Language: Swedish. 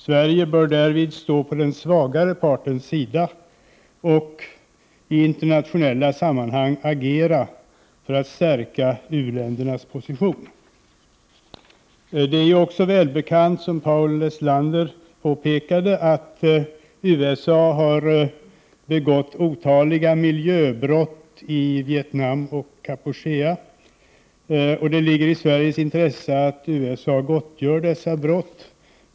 Sverige bör därvid stå på den svagare partens sida och i internationella sammanhang agera för att stärka u-ländernas position. Det är också välbekant, som Paul Lestander påpekade, att USA har begått otaliga miljöbrott i Vietnam och Kampuchea, och det ligger i Sveriges intresse att USA gottgör dessa brott.